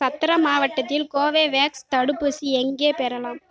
சத்ரா மாவட்டத்தில் கோவேவேக்ஸ் தடுப்பூசி எங்கே பெறலாம்